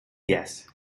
yes